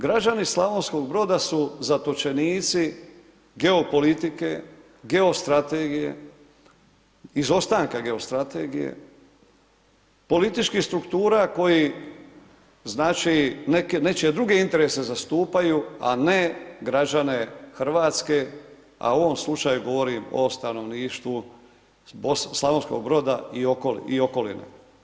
Građani Slavonskog Broda, su zatočenici geopolitike, geostrategije, izostanka geostrategije, političkih struktura, koje znači, neke druge interese zastupaju, a ne građane Hrvatske, a u ovom slučaju govorim o stanovništvu Slavonskog Broda i okoline.